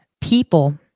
people